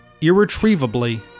irretrievably